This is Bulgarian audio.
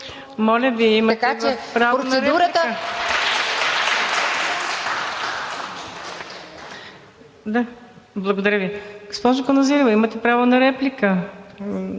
Моля Ви, имате право на реплика.